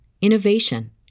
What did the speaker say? innovation